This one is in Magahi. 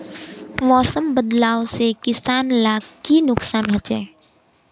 मौसम बदलाव से किसान लाक की नुकसान होचे?